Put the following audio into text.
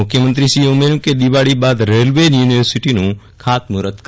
મુખ્યમંત્રીશ્રીએ ઉમેર્યું કે દીવાળી બાદ રેલવે યુનિવર્સિટીનું ખાતમુહુર્ત કરાશે